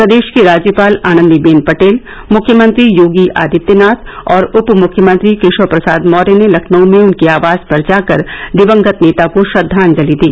प्रदेश की राज्यपाल आनंदी बेन पटेल मुख्यमंत्री योगी आदित्यनाथ और उपमुख्यमंत्री केशव प्रसाद मौर्य ने लखनऊ में उनके आवास पर जाकर दिवंगत नेता को श्रद्वांजलि दी